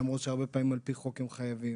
למרות שעל פי חוק הם חייבים.